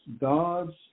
God's